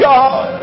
God